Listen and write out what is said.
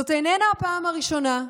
זאת איננה הפעם הראשונה.